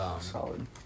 Solid